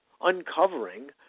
uncovering